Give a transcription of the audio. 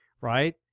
right